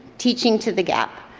teaching to the gap.